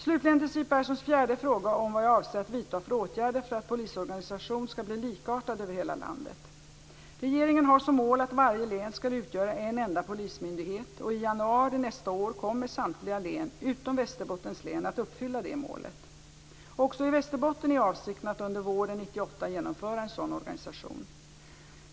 Slutligen till Siw Perssons fjärde fråga om vad jag avser att vidta för åtgärder för att polisorganisationen skall bli likartad över hela landet. Regeringen har som mål att varje län skall utgöra en enda polismyndighet, och i januari nästa år kommer samtliga län utom Västerbottens län att uppfylla det målet. Också i Västerbotten är avsikten att under våren 1998 genomföra en sådan organisation.